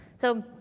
so,